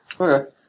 Okay